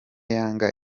yanga